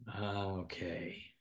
Okay